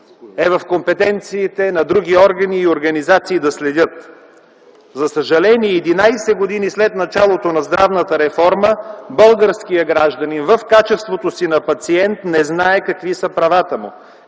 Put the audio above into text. е в компетенциите на други органи и организации да следят. За съжаление, 11 години след началото на здравната реформа, българският гражданин в качеството си на пациент не знае какви са правата му,